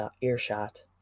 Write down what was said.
earshot